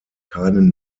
keinen